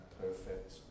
perfect